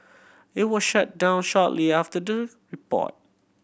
it was shut down shortly after the report